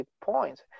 points